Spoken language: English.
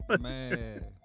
man